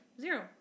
Zero